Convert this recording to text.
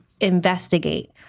investigate